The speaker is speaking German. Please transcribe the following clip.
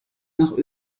nach